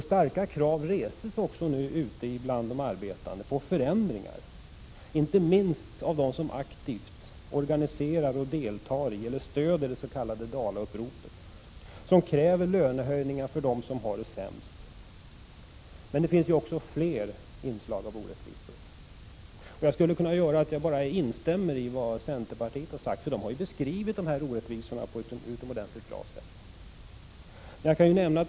Starka krav reses nu bland de arbetande på förändringar, inte minst från de människor som aktivt deltar i eller stöder det s.k. Dalauppropet. De kräver lönehöjningar för dem som har det sämst. Men det finns också fler inslag av orättvisor. Jag skulle kunna instämma i det centerpartiet har sagt. Man har nämligen beskrivit dessa orättvisor på ett utomordentligt sätt.